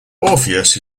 orpheus